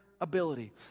ability